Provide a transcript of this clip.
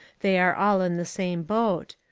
they are all in the same boat.